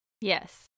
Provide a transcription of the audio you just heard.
Yes